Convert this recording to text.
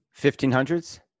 1500s